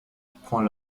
point